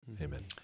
amen